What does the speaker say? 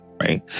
right